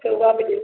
हिक उहा बि ॾियो